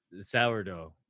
sourdough